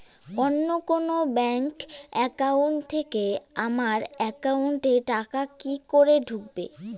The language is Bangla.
অন্য কোনো ব্যাংক একাউন্ট থেকে আমার একাউন্ট এ টাকা কি করে ঢুকবে?